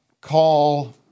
call